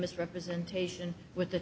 misrepresentation with the